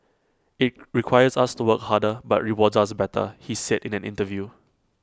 IT requires us to work harder but rewards us better he said in an interview